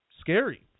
scary